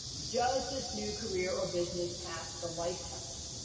does this new career or business pass the life test?